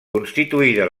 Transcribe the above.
constituïda